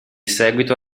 seguito